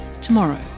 tomorrow